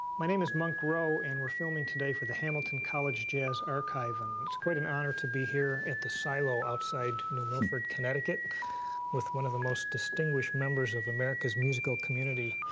my name is monk rowe and we are filming today for the hamilton college jazz archive. and it's quite an honor to be here at the silo outside new milford, connecticut with one of the most distinguished members of america's musical community.